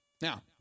Now